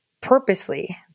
purposely